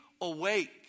awake